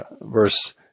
verse